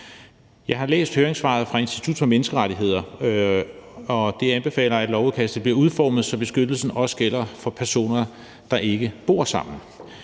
Jeg har læst høringssvaret fra Institut for Menneskerettigheder, og de anbefaler, at lovudkastet bliver udformet, så beskyttelsen også gælder for personer, der ikke bor sammen.